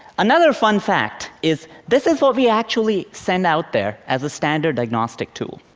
another fun fact is, this is what we actually send out there as a standard diagnostic tool,